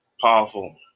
Powerful